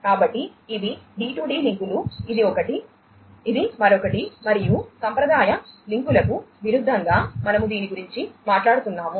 కాబట్టి ఇవి డి2డి లింకులు ఇది ఒకటి ఇది మరొకటి మరియు సాంప్రదాయ లింకులకు విరుద్ధంగా మనము దీని గురించి మాట్లాడుతున్నాము